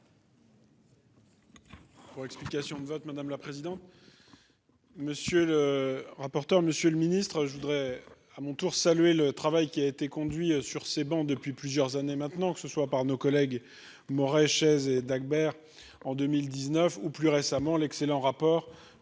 Explications de vote, madame la présidente, monsieur le rapporteur, monsieur le Ministre je voudrais à mon tour saluer le travail qui a été conduit sur ces bancs, depuis plusieurs années maintenant, que ce soit par nos collègues m'aurait chaises et Dagbert en 2019 ou plus récemment l'excellent rapport